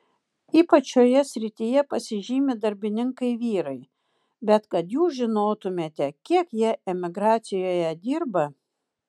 ypač šiose srityje pasižymi darbininkai vyrai bet kad jūs žinotumėte kiek jie emigracijoje dirba